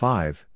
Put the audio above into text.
Five